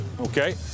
Okay